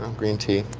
um green tea.